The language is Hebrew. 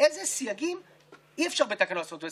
אני מבקש להוסיף את חבר הכנסת אופיר כץ כתומך,